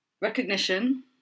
recognition